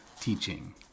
teaching